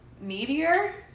meteor